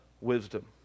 wisdom